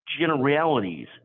generalities